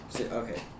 Okay